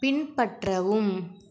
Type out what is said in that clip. பின்பற்றவும்